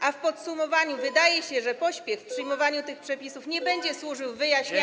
A w podsumowaniu: Wydaje się, że pośpiech w przyjmowaniu tych przepisów nie będzie służył wyjaśnianiu.